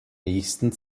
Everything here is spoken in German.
nächsten